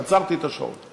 עצרתי את השעון.